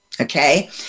Okay